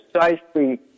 precisely